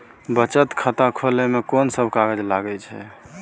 बचत खाता खुले मे कोन सब कागज लागे छै?